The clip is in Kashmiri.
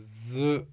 زٕ